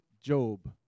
Job